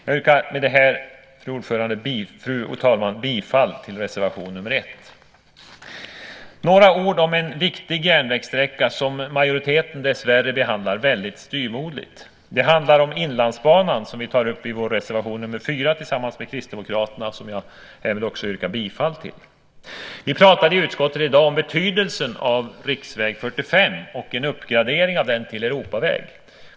Jag yrkar med det här, fru talman, bifall till reservation nr 1. Några ord om en viktig järnvägssträcka, som majoriteten dessvärre behandlar väldigt styvmoderligt. Det handlar om Inlandsbanan, som vi tar upp i vår reservation nr 4 tillsammans med Kristdemokraterna och som jag också vill yrka bifall till. Vi pratade i utskottet i dag om betydelsen av riksväg 45 och en uppgradering av den till Europaväg.